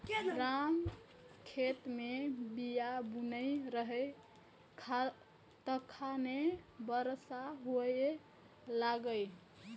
राम खेत मे बीया बुनै रहै, तखने बरसा हुअय लागलै